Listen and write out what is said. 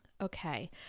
Okay